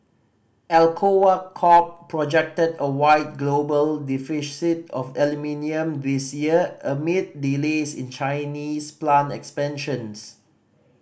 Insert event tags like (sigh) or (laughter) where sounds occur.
Alcoa Corp projected a wide global (unintelligible) of aluminium this year amid delays in Chinese plant expansions